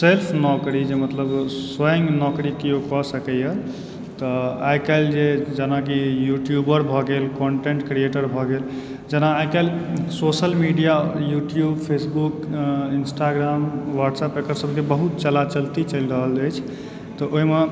self नौकरी मतलब जे स्वयं नौकरी केओ कऽ सकयए तऽ आइकाल्हि जे जेनाकि यूट्यूबर भऽ गेल कन्टेन्ट क्रियेटर भऽ गेल जेना आइकाल्हि social media YouTube Facebook Instagram WhatsApp एकर सभके बहुत चला चलती चलि रहल अछि तऽ ओहिमे